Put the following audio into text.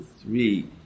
three